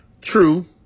True